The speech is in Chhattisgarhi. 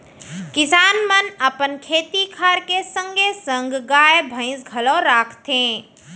किसान मन अपन खेती खार के संगे संग गाय, भईंस घलौ राखथें